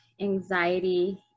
anxiety